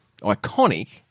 iconic